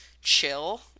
chill